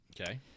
Okay